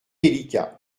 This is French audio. délicat